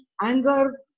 anger